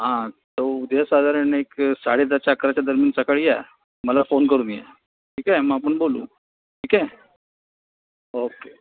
हां तर उद्या साधारण एक साडे दहाच्या अकराच्या दरम्यान सकाळी या मला फोन करून या ठीक आहे मग आपण बोलू ठीक आहे ओके